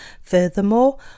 Furthermore